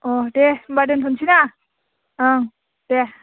अ दे होनबा दोनथ'नसैना ओं दे